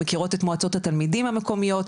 הן מכירות את מועצות התלמידים המקומיות,